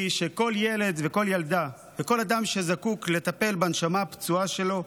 שכל ילד וכל ילדה וכל אדם שזקוק לטפל בנשמה הפצועה שלו,